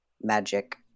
magic